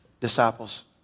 Disciples